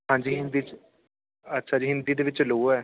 ਹਾਂਜੀ ਹਿੰਦੀ 'ਚ ਅੱਛਾ ਜੀ ਹਿੰਦੀ ਦੇ ਵਿੱਚ ਲੋਅ ਹੈ